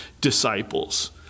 disciples